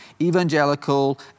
evangelical